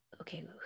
okay